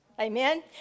amen